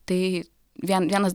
tai vien vienas